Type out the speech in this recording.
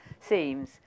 seems